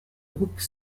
groupe